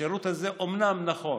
אומנם נכון